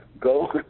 Go